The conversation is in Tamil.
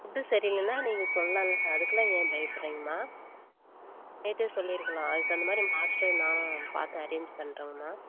ஃபுட் சரியில்லைன்னா நீங்கள் சொல்லலாம் அதுக்கெலாம் ஏன் பயப்படுகிறீங்கமா நேற்றே சொல்லியிருக்கலாம் அதுக்கு தகுந்த மாதிரி மாஸ்டர் நான் பார்த்து அரேஞ் பண்ணிட்றங்மா